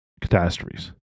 catastrophes